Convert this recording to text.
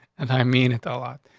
and i mean it a lot.